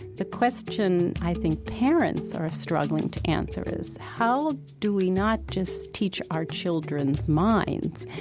the question i think parents are struggling to answer is how do we not just teach our children's minds,